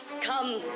Come